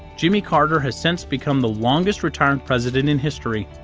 jimmy carter has since become the longest retired president in history.